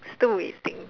too wasting